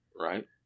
Right